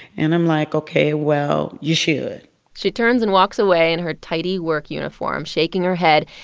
and i'm like, ok, well, you should she turns and walks away in her tidy work uniform, shaking her head.